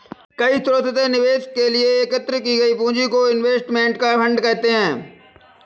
कई स्रोतों से निवेश के लिए एकत्रित की गई पूंजी को इनवेस्टमेंट फंड कहते हैं